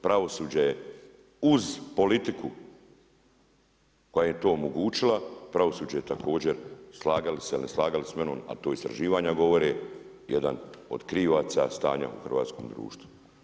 Pravosuđe je uz politiku koja im je to omogućila pravosuđe je također slagali se ili ne slagali sa menom, a to istraživanja govore jedan od krivaca stanja u hrvatskom društvu.